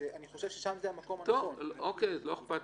אני חושב ששם זה המקום הנכון, וצריך להחליט